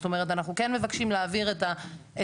זאת אומרת אנחנו כן מבקשים להעביר את המזהים